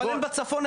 אבל אין בצפון אחד.